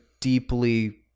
deeply